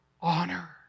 honor